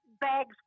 bags